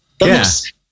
Yes